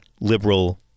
liberal